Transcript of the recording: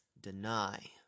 deny